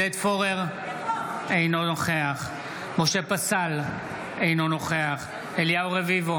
אינו נוכח משה פסל, אינו נוכח אליהו רביבו,